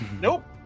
nope